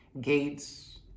Gates